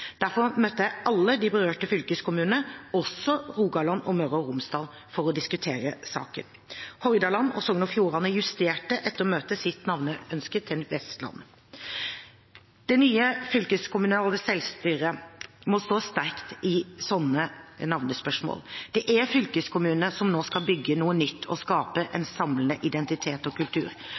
Derfor møtte jeg alle de berørte fylkeskommunene, også Rogaland og Møre og Romsdal, for å diskutere saken. Hordaland og Sogn og Fjordane justerte etter møtet sitt navneønske til «Vestland». Det nye fylkeskommunale selvstyret må stå sterkt i slike navnespørsmål. Det er fylkeskommunene som nå skal bygge noe nytt og skape en samlende identitet og kultur.